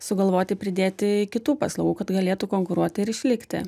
sugalvoti pridėti kitų paslaugų kad galėtų konkuruoti ir išlikti